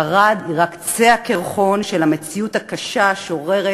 ערד היא רק קצה הקרחון של המציאות הקשה השוררת